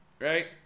Right